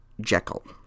Jekyll